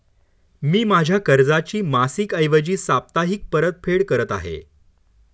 मी माझ्या कर्जाची मासिक ऐवजी साप्ताहिक परतफेड करत आहे